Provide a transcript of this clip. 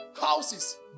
houses